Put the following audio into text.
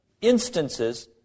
instances